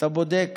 כשאתה בודק